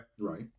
Right